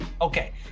Okay